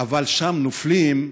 אבל שם נופלים.